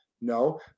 No